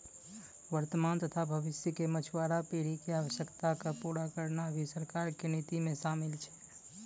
वर्तमान तथा भविष्य के मछुआरा पीढ़ी के आवश्यकता क पूरा करना भी सरकार के नीति मॅ शामिल छै